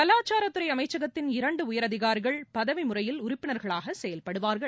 கலாச்சாரத்துறைஅமைச்சகத்தின் இரண்டுஉயர் அதிகாரிகள் பதவிமுறையில் உறுப்பினர்களாகசெயல்படுவார்கள்